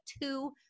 two